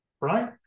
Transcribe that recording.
right